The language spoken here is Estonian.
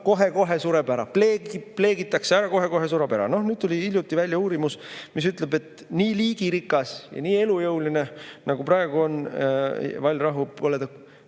kohe-kohe sureb ära, pleegitakse ära, kohe-kohe sureb ära. Nüüd hiljuti tuli välja uurimus, mis ütleb, et nii liigirikas ja nii elujõuline, nagu on vallrahu praegu,